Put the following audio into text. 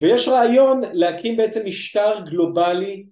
ויש רעיון להקים בעצם משטר גלובלי